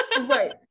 Right